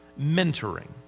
mentoring